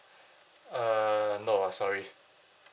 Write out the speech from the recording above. uh no sorry